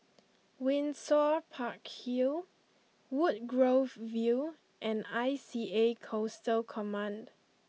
Windsor Park Hill Woodgrove View and I C A Coastal Command